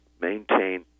maintain